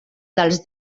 dels